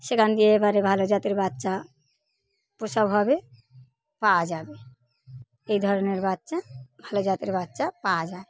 সেখান দিয়ে এবারে ভালো জাতের বাচ্চা প্রসব হবে পাওয়া যাবে এধরনের বাচ্চা ভালো জাতের বাচ্চা পাওয়া যায়